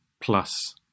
Plus